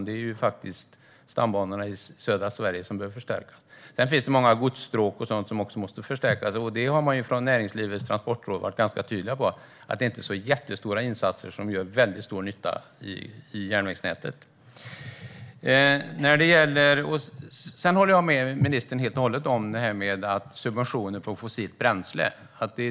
Det är stambanorna i södra Sverige som bör förstärkas. Det finns även många godsstråk som måste förstärkas. Näringslivets Transportråd har varit ganska tydliga med att insatser som inte är så stora kan göra väldigt stor nytta i järnvägsnätet. Jag håller helt och hållet med ministern när det gäller subventioner av fossilt bränsle.